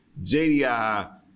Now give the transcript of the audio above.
JDI